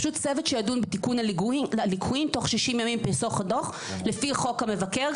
צוות שידון בתיקון הליקויים תוך 60 ימים מפרסום הדוח לפי חוק המבקר.